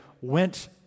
went